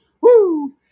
woo